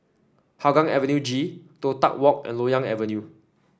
Hougang Avenue G Toh Tuck Walk and Loyang Avenue